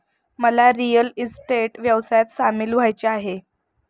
मला real estate व्यवसायात सामील व्हायचे आहे